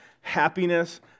happiness